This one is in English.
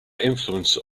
influence